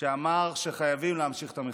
שאמרו שחייבים להמשיך את המחאה,